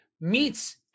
meets